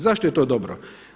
Zašto je to dobro?